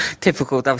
Typical